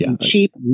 cheap